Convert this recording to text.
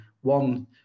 one